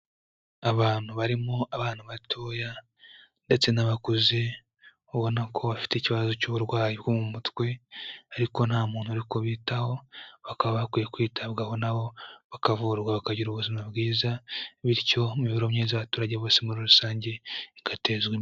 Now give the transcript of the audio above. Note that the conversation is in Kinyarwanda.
Abantu barimo abana batoya ndetse n'abakuze ubona ko bafite ikibazo cy'uburwayi bwo mu mutwe ariko nta muntu uri kubitaho, bakaba bakwiye kwitabwaho nabo bakavurwa bakagira ubuzima bwiza, bityo imibereho myiza y'abaturage bose muri rusange igatezwa imbere.